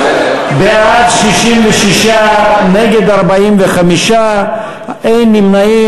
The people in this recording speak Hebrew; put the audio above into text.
בעד, 66, נגד, 45, אין נמנעים.